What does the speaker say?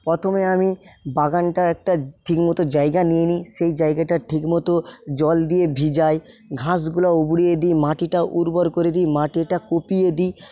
প্রথমে আমি বাগানটার একটা ঠিকমতো জায়গা নিয়ে নিই সেই জায়গাটা ঠিকমতো জল দিয়ে ভিজাই ঘাসগুলো উপড়িয়ে দিই মাটিটা উর্বর করে দিই মাটিটা কুপিয়ে দিই